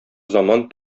заман